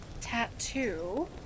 tattoo